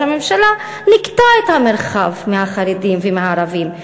הממשלה ניכתה מהמרחב את החרדים והערבים,